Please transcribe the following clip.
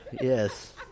Yes